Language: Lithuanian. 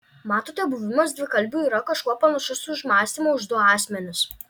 matote buvimas dvikalbiu yra kažkuo panašus už mąstymą už du asmenis